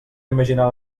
imaginar